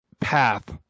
path